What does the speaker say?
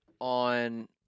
on